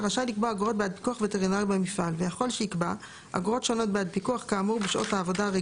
רשאי לקבוע אגרות בעד פיקוח וטרינרי במפעל,